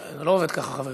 זה לא עובד ככה, חברים.